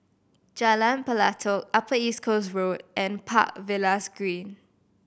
Jalan Pelatok Upper East Coast Road and Park Villas Green